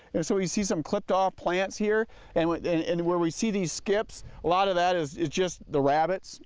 and so you see some clipped off plants here and where and and where we see these skips, a lot of that is is just the rabbit.